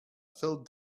filled